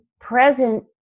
present